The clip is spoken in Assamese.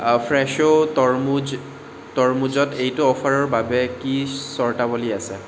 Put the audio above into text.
ফ্ৰেছো তৰমুজ তৰমুজত এইটো অফাৰৰ বাবে কি চৰ্তাৱলী আছে